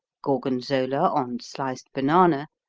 gorgonzola on sliced banana,